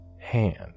Hand